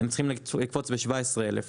והם צריכים לקפוץ ב-17 אלף.